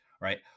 right